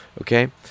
Okay